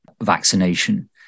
vaccination